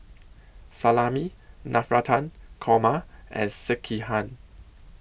Salami Navratan Korma and Sekihan